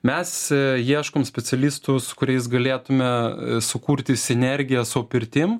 mes ieškom specialistų su kuriais galėtume sukurti sinergiją su pirtim